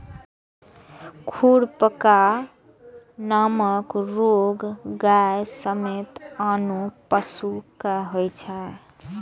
खुरपका नामक रोग गाय समेत आनो पशु कें होइ छै